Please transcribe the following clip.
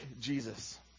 Jesus